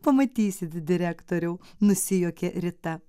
pamatysit direktoriau nusijuokė rita